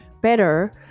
better